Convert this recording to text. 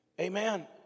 Amen